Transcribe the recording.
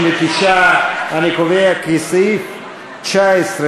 סעיף 19,